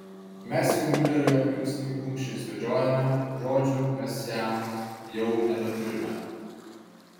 mes jau miuleriui aplink snukį kumščiais vedžiojame žodžių mes jam jau nebeturime